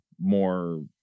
more